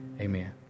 amen